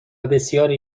بسیاری